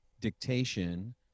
dictation